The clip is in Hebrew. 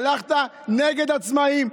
הלכת נגד העצמאים,